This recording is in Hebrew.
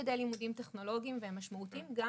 כדי לימודים טכנולוגיים והם משמעותיים גם